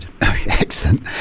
Excellent